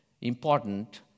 important